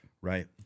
Right